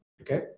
okay